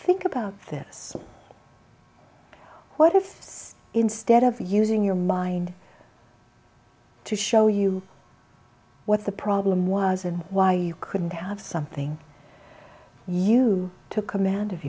think about this what if instead of using your mind to show you what the problem was and why you couldn't have something you took command of